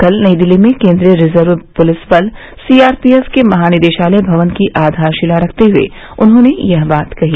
कल नई दिल्ली में केन्द्रीय रिजर्व पुलिस बल सीआरपीएफ के महानिदेशालय भवन की आधारशिला रखते हुए उन्होंने यह बात कही